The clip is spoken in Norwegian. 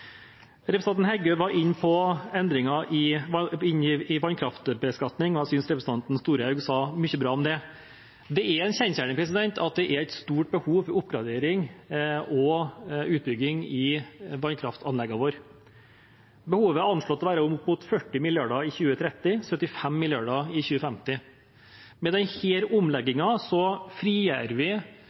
Representanten Heggø var inne på endringer i vannkraftbeskatning. Jeg synes representanten Storehaug sa mye bra om det. Det er en kjensgjerning at det er et stort behov for oppgradering og utbygging i vannkraftanleggene våre. Behovet er anslått til å være opp mot 40 mrd. kr i 2030, 75 mrd. kr i 2050. Med denne omleggingen frigjør vi, tror vi,